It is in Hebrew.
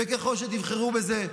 וככל שתבחרו בזה,